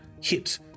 hit